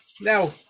Now